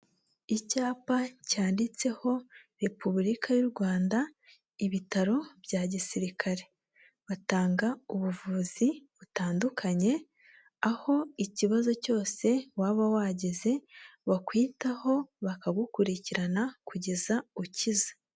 Icyapa cyanditseho Repubulika y'u Rwanda ibitaro bya gisirikare, batanga ubuvuzi butandukanye aho ikibazo cyose waba wagize bakwitaho, bakagukurikirana kugeza ukize.